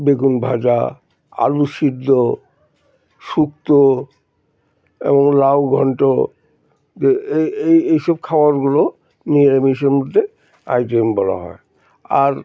বেগুন ভাজা আলু সিদ্ধ শুক্তো এবং লাউ ঘণ্ট যে এই এই এই সব খাবারগুলো নিরামিষের মধ্যে আইটেম বলা হয় আর